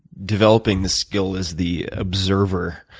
developing the skill as the observer